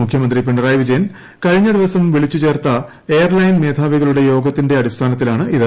മുഖ്യമന്ത്രി പിണറായി വിജയൻ കഴിഞ്ഞ ദിവസ്ട് വീളിച്ചു ചേർത്ത എയർലൈൻ മേധാവികളുടെ യോഗത്തിന്റെ അടിസ്ഥാനത്തിലാണിത്